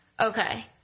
okay